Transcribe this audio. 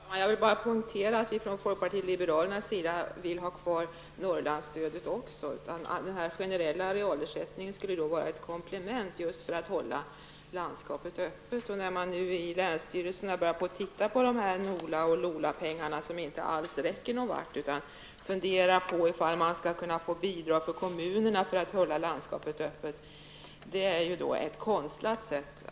Herr talman! Jag vill bara poängtera att vi från folkpartiet liberalernas sida även vill ha kvar Norrlandsstödet. Den generella arealersättningen skulle utgöra ett komplement för att hålla landskapet öppet. NOLA och LOLA-pengarna räcker inte. I länsstyrelserna börjar man fundera på om man skulle kunna få bidrag från kommunerna för att hålla landskapet öppet. Det skulle vara ett konstlat sätt.